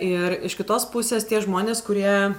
ir iš kitos pusės tie žmonės kurie